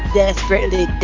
desperately